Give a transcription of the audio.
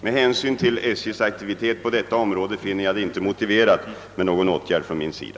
Med hänsyn till SJ:s aktivitet på detta område finner jag det inte motiverat med någon åtgärd från min sida.